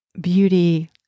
beauty